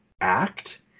act